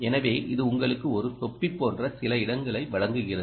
எனவே இது உங்களுக்கு ஒரு தொப்பி போன்ற சில இடங்களை வழங்குகிறது